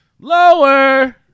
Lower